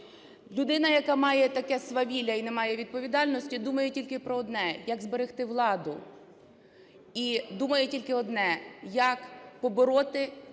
людина, яка має таке свавілля і не має відповідальності, думає тільки про одне – як зберегти владу і думає тільки одне – як побороти